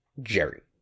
jerry